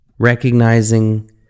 recognizing